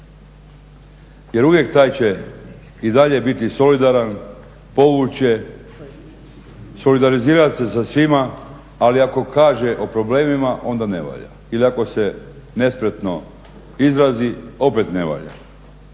Jer uvijek taj će i dalje biti solidaran, povući će, solidarizirat se sa svima. Ali ako kaže o problemima, onda ne valja. Ili ako se nespretno izrazi opet ne valja.